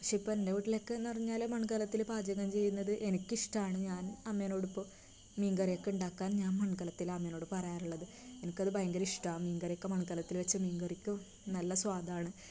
പഷെ ഇപ്പം എൻ്റെ വീട്ടിലൊക്കെ എന്ന് പറഞ്ഞാല് മൺകലത്തില് പാചകം ചെയ്യുന്നത് എനിക്കിഷ്ടമാണ് ഞാൻ അമ്മേനോടിപ്പോൾ മീൻക്കറി ഒക്കെ ഉണ്ടാക്കാൻ ഞാൻ മൺകലത്തിലാണ് അമ്മേനോട് പറയാറുള്ളത് എനിക്കത് ഭയങ്കര ഇഷ്ടാ മീൻക്കറി ഒക്കെ മൺകലത്തില് വെച്ച മീങ്കറിക്ക് നല്ല സ്വാദാണ്